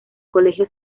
colegio